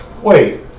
wait